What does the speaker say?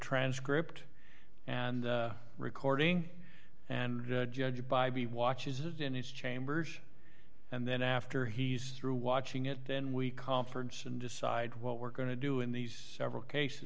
transcript and recording and judge it by the watches in his chambers and then after he's through watching it then we conference and decide what we're going to do in these several cases